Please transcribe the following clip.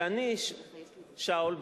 שאול,